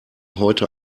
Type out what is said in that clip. heute